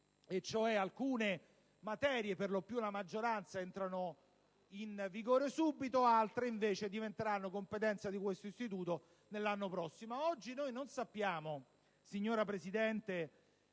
alcune materie, perlopiù la maggioranza, entrano in vigore subito; altre, invece, diventeranno competenza di questo istituto nell'anno prossimo.